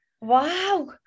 wow